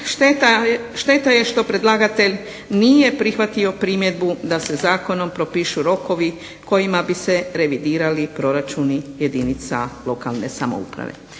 šteta je što predlagatelj nije prihvatio primjedbu da se zakonom propišu rokovi kojima bi se revidirali proračuni jedinica lokalne samouprave.